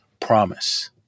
promise